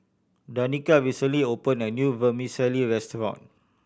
Danica recently opened a new Vermicelli restaurant